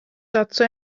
dazu